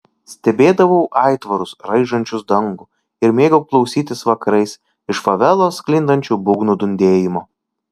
stebėdavau aitvarus raižančius dangų ir mėgau klausytis vakarais iš favelos sklindančių būgnų dundėjimo